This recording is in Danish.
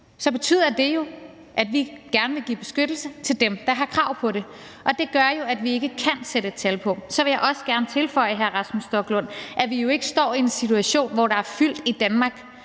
betyder jo, at vi gerne vil give beskyttelse til dem, der har krav på det, og det gør jo, at vi kan sætte et tal på. Så vil jeg også gerne tilføje, hr. Rasmus Stoklund, at vi jo ikke står i en situation, hvor der er fyldt i Danmark.